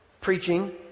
preaching